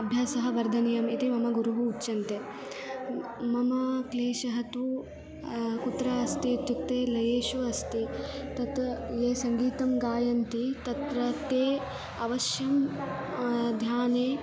अभ्यासः वर्धनीयम् इति मम गुरुः उच्यन्ते मम क्लेशः तु कुत्र अस्ति इत्युक्ते लये अस्ति तत् ये सङ्गीतं गायन्ति तत्र ते अवश्यं ध्याने